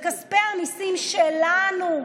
אלה כספי המיסים שלנו.